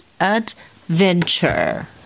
Adventure